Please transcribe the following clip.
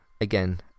Again